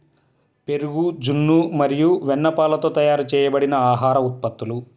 పెరుగు, జున్ను మరియు వెన్నపాలతో తయారు చేయబడిన ఆహార ఉత్పత్తులు